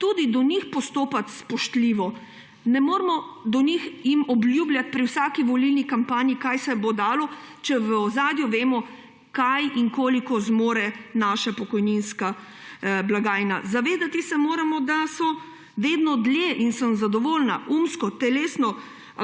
tudi do njih postopati spoštljivo. Ne moremo jim obljubljati pri vsaki volilni kampanji, kaj se bo dalo, če v ozadju vemo, kaj in koliko zmore naša pokojninska blagajna. Zavedati se moramo, da so vedno dlje – in sem zadovoljna – umsko, telesno